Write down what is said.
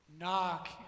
Knock